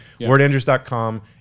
Wordandrews.com